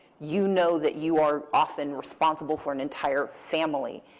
you know that you are often responsible for an entire family.